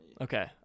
Okay